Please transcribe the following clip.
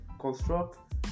construct